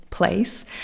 Place